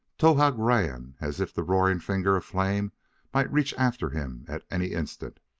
towahg ran as if the roaring finger of flame might reach after him at any instant.